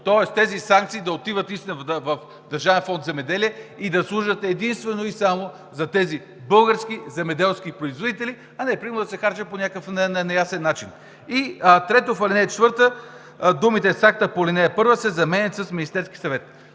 Тоест тези санкции да отиват наистина в Държавен фонд „Земеделие“ и да служат единствено и само за тези български земеделски производители, а не примерно да се харчат по някакъв неясен начин. И трето, в ал. 4 думите: „С акта по ал. 1“ се заменят с „Министерският съвет“.